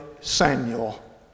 Samuel